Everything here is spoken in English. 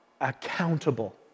accountable